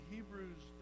Hebrews